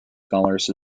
scholars